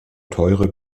teure